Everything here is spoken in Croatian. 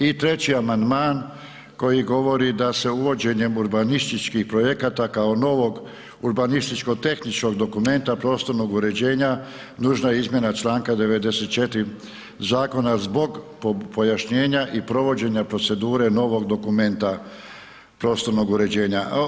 I 3-ći amandman koji govori da se uvođenjem urbanističkih projekata kao novog urbanističko tehničkog dokumenta prostornog uređenja nužna je izmjena čl. 94. zakona zbog pojašnjenja i provođenja procedure novog dokumenta prostornog uređenja.